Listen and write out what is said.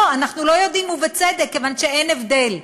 לא, אנחנו לא יודעים, ובצדק, כיוון שאין הבדל.